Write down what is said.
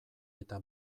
eta